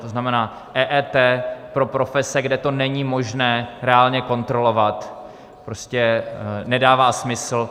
To znamená, EET pro profese, kde to není možné reálně kontrolovat, prostě nedává smysl.